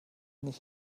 nicht